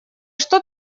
что